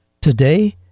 Today